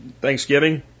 Thanksgiving